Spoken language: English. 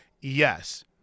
Yes